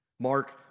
Mark